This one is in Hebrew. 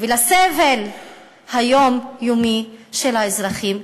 ולסבל היומיומי של האזרחים,